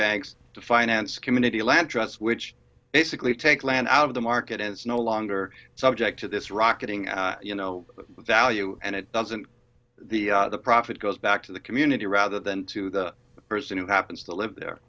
banks to finance community land trust which basically take land out of the market and it's no longer subject to this rocketing you know value and it doesn't the profit goes back to the community rather than to the person who happens to live there